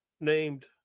named